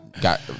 got